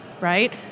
right